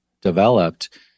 developed